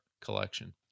collection